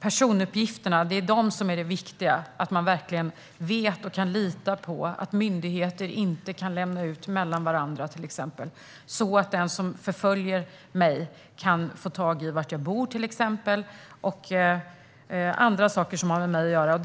Personuppgifterna är det viktiga. Man måste veta och kunna lita på att myndigheter inte kan lämna ut personuppgifter mellan varandra så att den som förföljer någon kan få reda på var personen bor eller andra saker som har med personen att göra.